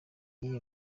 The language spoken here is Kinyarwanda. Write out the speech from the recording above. iyihe